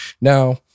Now